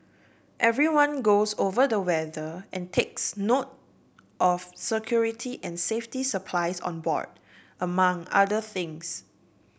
everyone goes over the weather and takes note of security and safety supplies on board among other things